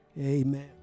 Amen